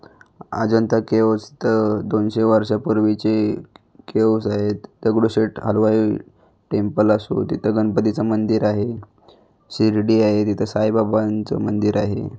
Ajanta caves तर दोनशे वर्षापुर्वीची केव्हज आहेत दगडूशेेट हलवाई टेंपल असो तिथंं गणपतीचं मंदिर आहेे शिर्डी आहे तिथंं साईबाबांचं मंदिर आहे